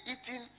eating